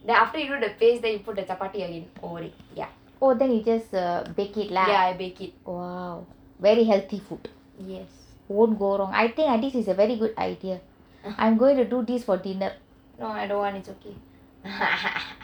after you do the paste then you put the chapati again over it ya ya bake it very healthy food yes won't go wrong I think this is a very good idea I am going to do this for dinner